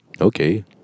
Okay